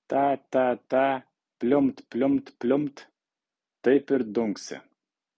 ta ta ta pliumpt pliumpt pliumpt taip ir dunksi